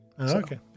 Okay